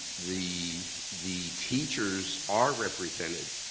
the the teachers are represented,